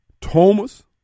Thomas